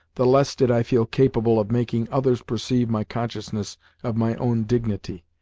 the less did i feel capable of making others perceive my consciousness of my own dignity,